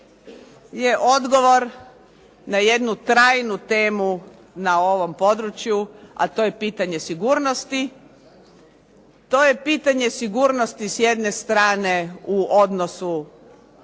je odgovor na jednu trajnu temu na ovom području, a to je pitanje sigurnosti. To je pitanje sigurnost s jedne strane u odnosu